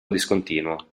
discontinuo